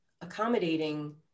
accommodating